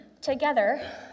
Together